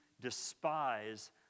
despise